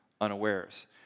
unawares